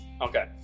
Okay